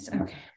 okay